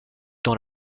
dans